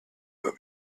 will